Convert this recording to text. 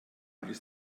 ist